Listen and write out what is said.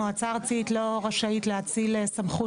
המועצה הארצית לא רשאית להאציל סמכות